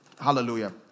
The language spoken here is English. Hallelujah